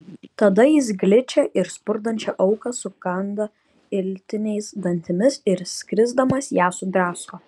tada jis gličią ir spurdančią auką sukanda iltiniais dantimis ir skrisdamas ją sudrasko